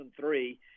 2003